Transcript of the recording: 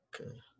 Okay